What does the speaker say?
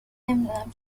نمیدونم